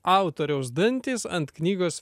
autoriaus dantys ant knygos